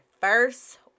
first